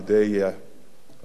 אדוני סגן היושב-ראש